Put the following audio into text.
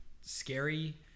scary